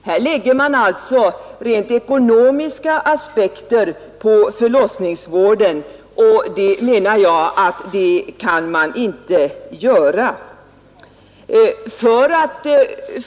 Här lägger man alltså rent ekonomiska aspekter på förlossningsvården, och det menar jag att man inte enbart kan göra.